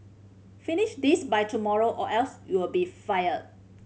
finish this by tomorrow or else you'll be fired